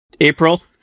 April